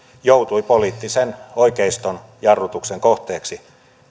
joutui poliittisen oikeiston jarrutuksen kohteeksi